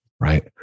right